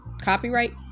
copyright